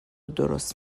درست